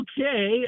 okay